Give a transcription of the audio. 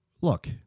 look